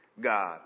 God